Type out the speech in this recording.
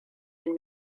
and